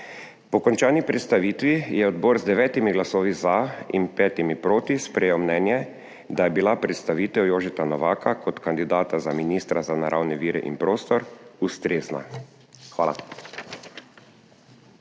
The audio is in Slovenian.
Po končani predstavitvi je odbor z devetimi glasovi za in petimi proti sprejel mnenje, da je bila predstavitev Jožeta Novaka kot kandidata za ministra za naravne vire in prostor ustrezna. Hvala.